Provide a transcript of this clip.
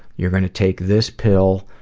you're going to take this pill.